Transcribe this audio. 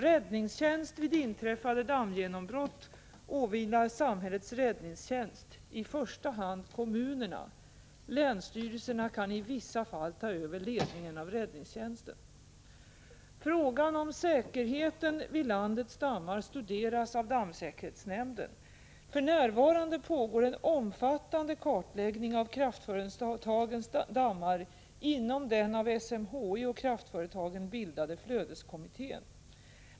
Räddningstjänst vid inträffade dammgenombrott åvilar samhällets räddningstjänst, i första hand kommunerna. Länsstyrelserna kan i vissa fall ta över ledningen av räddningstjänsten. Frågan om säkerheten vid landets dammar studeras av dammsäkerhetsnämnden. För närvarande pågår en omfattande kartläggning av kraftföretagens dammar inom den av SMHI och kraftföretagen bildade flödeskommittén.